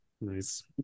nice